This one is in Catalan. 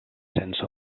sense